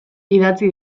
idatzi